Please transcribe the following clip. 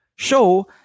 show